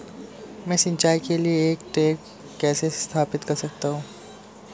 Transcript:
मैं सिंचाई के लिए एक टैंक कैसे स्थापित कर सकता हूँ?